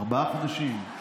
ארבעה חודשים,